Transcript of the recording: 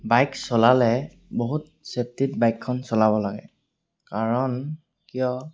bike চলালে বহুত ছেফটিত বাইকখন চলাব লাগে কাৰণ কিয়